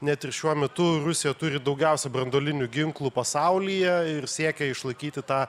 net ir šiuo metu rusija turi daugiausia branduolinių ginklų pasaulyje ir siekia išlaikyti tą